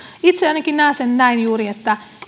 itse ainakin näen sen näin juuri että